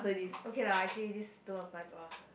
okay lah actually this don't apply to us ah